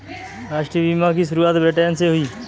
राष्ट्रीय बीमा की शुरुआत ब्रिटैन से हुई